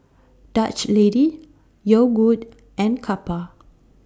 Dutch Lady Yogood and Kappa